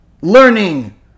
learning